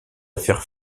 faire